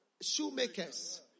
shoemakers